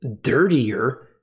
dirtier